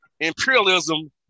imperialism